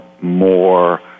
more